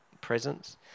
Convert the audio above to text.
presence